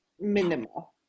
minimal